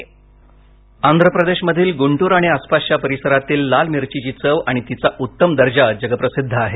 ध्वनी आंध्र प्रदेशमधील गुंटूर आणि आसपासच्या परिसरातील लाल मिरचीची चव आणि तिचा उत्तम दर्जा जगप्रसिद्ध आहे